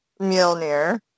Mjolnir